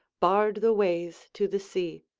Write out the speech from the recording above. barred the ways to the sea.